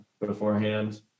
beforehand